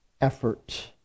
effort